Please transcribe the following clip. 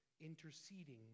interceding